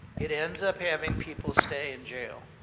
it ends up having people stay in jail,